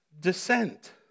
descent